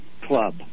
club